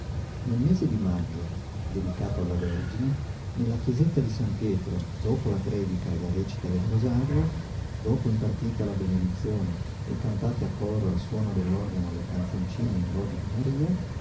nel mese di maggio dedicato alla vergine nella chiesetta di san pietro dopo la predica e la recita del rosario dopo impartita la benedizione e cantate a coro al suono dell'organo le canzoncine in lode di maria